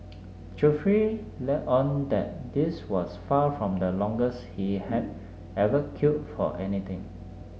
Geoffrey let on that this was far from the longest he had ever queued for anything